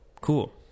Cool